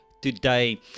today